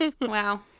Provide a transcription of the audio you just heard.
Wow